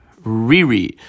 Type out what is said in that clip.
riri